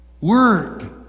word